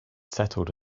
settled